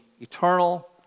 eternal